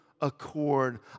accord